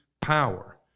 power